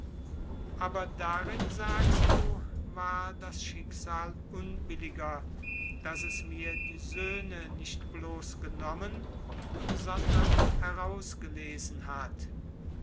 aber darin war das schicksal unbilliger daß es die söhne nicht blos genommen sondern herausgelesen hat